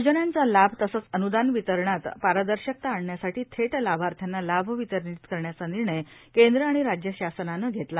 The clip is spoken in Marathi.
योजनांचा लाभए अनूदान वितरणात पारदर्शकता आणण्यासाठी थेट लाभार्थ्यांना लाभ वितरीत करण्याचा निर्णय केंद्र आणि राज्य शासनाने घेतला